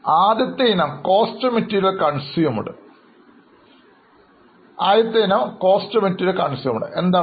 അതിനാൽ ആദ്യത്തെ ഇനം ഉപയോഗിച്ച വസ്തുക്കളുടെ വിലയാണ് ഇപ്പോൾ cost of material consumed എന്നാൽ എന്താണ്